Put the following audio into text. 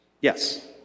Yes